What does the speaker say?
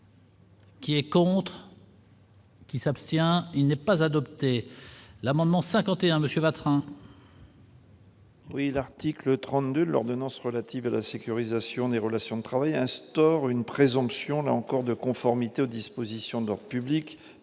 Qui est. Qui s'abstient, il n'est pas adopté l'amendement 51 Monsieur Bertrand. Oui, l'article 30 de l'ordonnance relative à la sécurisation des relations de travail et instaure une présomption là encore de conformité aux dispositions de leur public